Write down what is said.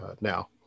now